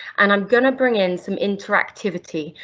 and i'm going to bring in some interactivity,